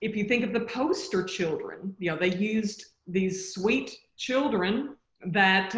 if you think of the poster children you know they used these sweet children that